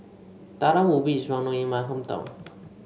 Talam Ubi is well known in my hometown